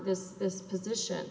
this this position